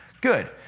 Good